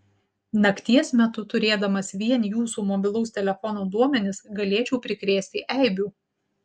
nakties metu turėdamas vien jūsų mobilaus telefono duomenis galėčiau prikrėsti eibių